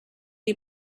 die